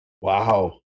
Wow